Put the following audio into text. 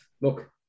Look